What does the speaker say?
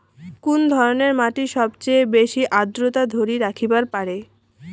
কুন ধরনের মাটি সবচেয়ে বেশি আর্দ্রতা ধরি রাখিবার পারে?